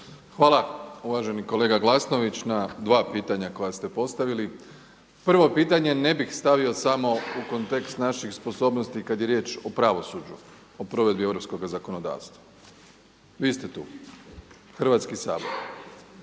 Hvala uvaženi kolega Glasnovnić na dva pitanja koja ste postavili. Prvo pitanje ne bih stavio samo u kontekst naših sposobnosti kad je riječ o pravosuđu, o provedbi europskoga zakonodavstva. Vi ste tu, Hrvatski sabor,